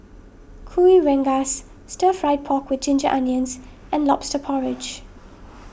Kuih Rengas Stir Fried Pork with Ginger Onions and Lobster Porridge